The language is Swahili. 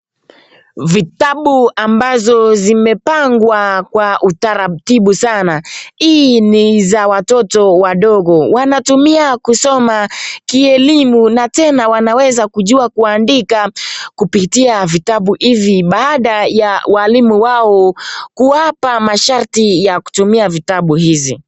Vitabu ambazo zimepangwa kwa utaratibu sana. Hii ni za watoto wadogo. Wanatumia kusoma kielimu na tena wanaweza kujua kuandika kupitia vitabu hivi baada ya walimu wao kuwapa masharti ya kutumia vitabu hizi.